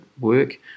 work